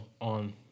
on